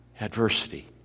Adversity